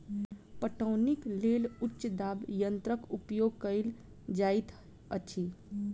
पटौनीक लेल उच्च दाब यंत्रक उपयोग कयल जाइत अछि